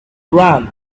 run